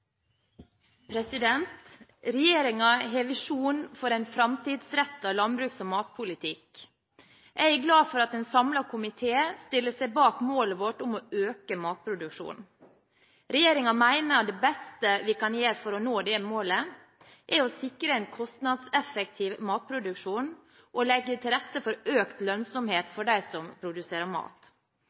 har visjoner for en framtidsrettet landbruks- og matpolitikk. Jeg er glad for at en samlet komité stiller seg bak målet vårt om å øke matproduksjonen. Regjeringen mener at det beste vi kan gjøre for å nå dette målet, er å sikre en kostnadseffektiv matproduksjon og legge til rette for økt lønnsomhet for dem som produserer mat.